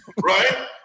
right